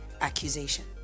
accusation